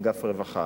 אגף רווחה.